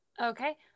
Okay